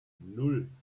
nan